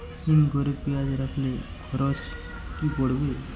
হিম ঘরে পেঁয়াজ রাখলে খরচ কি পড়বে?